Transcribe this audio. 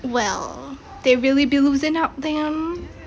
well they really be losing up then